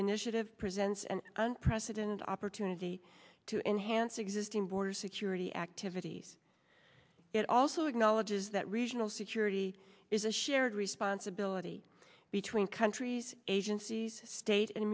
initiative presents an unprecedented opportunity to enhance existing border security activities it also acknowledges that regional security is a shared responsibility between countries agencies state